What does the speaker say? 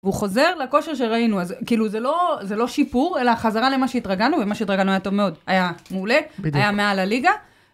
והוא חוזר לכושר שראינו, אז כאילו זה לא שיפור, אלא חזרה למה שהתרגלנו, ומה שהתרגלנו היה טוב מאוד, היה מעולה, היה מעל הליגה.